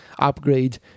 upgrade